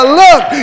look